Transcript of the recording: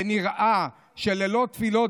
ונראה שללא תפילות,